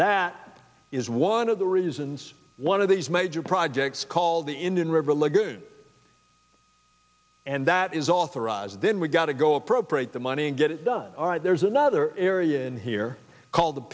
that is one of the reasons one of these major projects called the indian river lagoon and that is authorized then we've got to go appropriate the money and get it done all right there's another area in here called the